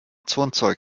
turnzeug